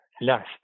Last